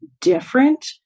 different